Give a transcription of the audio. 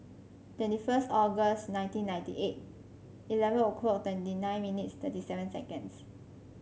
twenty first August nineteen ninety eight eleven o'clock twenty nine minutes thirty seven seconds